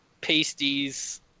pasties